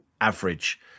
average